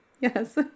yes